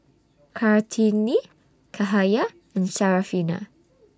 Kartini Cahaya and Syarafina